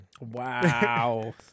Wow